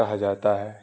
کہا جاتا ہے